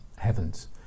Heavens